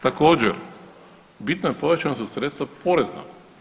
Također bitno je povećanje za sredstva porezna.